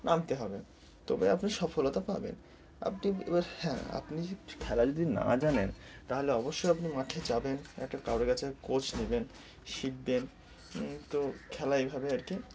নামতে হবে তবে আপনি সফলতা পাবেন আপনি এবার হ্যাঁ আপনি যদি খেলা যদি না জানেন তাহলে অবশ্যই আপনি মাঠে যাবেন একটা কারোর কাছে কোচ নেবেন শিখবেন তো খেলা এইভাবে আর কি